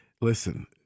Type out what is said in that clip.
listen